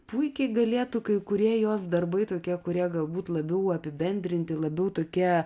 puikiai galėtų kai kurie jos darbai tokie kurie galbūt labiau apibendrinti labiau tokie